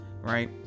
right